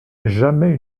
jamais